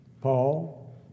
Paul